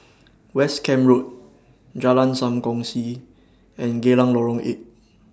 West Camp Road Jalan SAM Kongsi and Geylang Lorong eight